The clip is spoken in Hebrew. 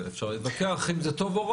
אפשר להתווכח אם זה טוב או רע.